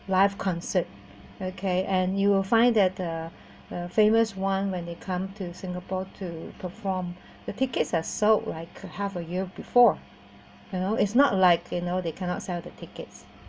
live concert okay and you will find that the the famous one when they come to singapore to perform the tickets are sold right half a year before you know is not like you know they cannot sell the tickets